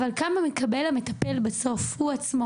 אבל כמה מקבל המטפל בסוף,